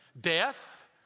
Death